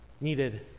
needed